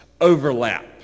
overlap